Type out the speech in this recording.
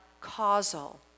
causal